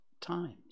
times